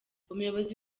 umuyobozi